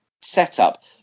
setup